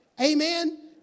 Amen